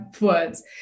words